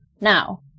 now